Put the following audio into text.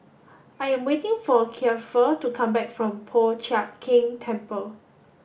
I am waiting for Kiefer to come back from Po Chiak Keng Temple